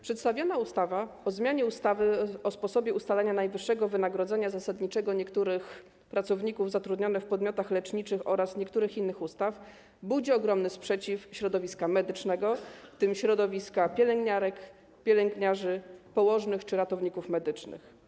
Przedstawiona ustawa o zmianie ustawy o sposobie ustalania najniższego wynagrodzenia zasadniczego niektórych pracowników zatrudnionych w podmiotach leczniczych oraz niektórych innych ustaw budzi ogromny sprzeciw środowiska medycznego, w tym środowiska pielęgniarek, pielęgniarzy, położnych czy ratowników medycznych.